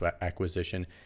acquisition